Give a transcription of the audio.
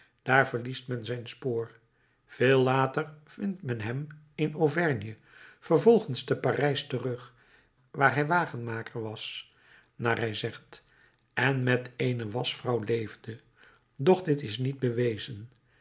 daar verliest men zijn spoor veel later vindt men hem in auvergne vervolgens te parijs terug waar hij wagenmaker was naar hij zegt en met eene waschvrouw leefde doch dit is niet bewezen